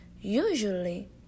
usually